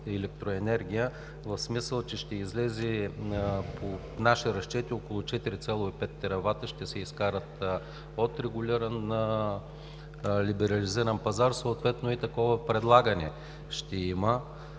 електроенергия, в смисъл, че ще излезе – по наши разчети, около 4,5 теравата ще се изкарат от регулиран на либерализиран пазар, съответно и такова предлагане ще има